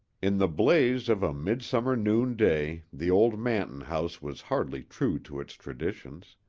in the blaze of a midsummer noonday the old manton house was hardly true to its traditions.